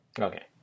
Okay